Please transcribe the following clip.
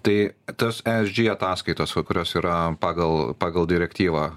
tai tos esg ataskaitos va kurios yra pagal pagal direktyvą